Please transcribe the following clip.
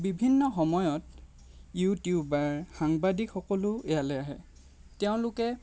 বিভিন্ন সময়ত ইউটিউবাৰ সাংবাদিকসকলো ইয়ালৈ আহে তেওঁলোকে